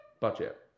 budget